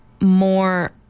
more